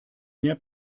mehr